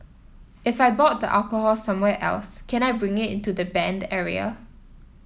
if I bought the alcohol somewhere else can I bring it into the banned area